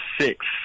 six